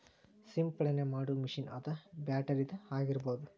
ಸಿಂಪಡನೆ ಮಾಡು ಮಿಷನ್ ಅದ ಬ್ಯಾಟರಿದ ಆಗಿರಬಹುದ